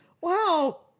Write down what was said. Wow